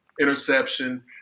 interception